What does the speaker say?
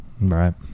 Right